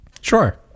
Sure